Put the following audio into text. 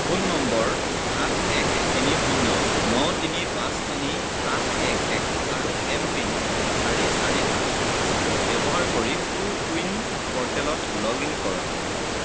phone নম্বৰ সাত এক তিনি শূন্য ন তিনি পাঁচ তিনি আঠ এক এক আৰু এমপিন চাৰি চাৰি আঠ পাঁচ ব্যৱহাৰ কৰি কো ৱিন প'ৰ্টেলত লগ ইন কৰক